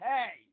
Hey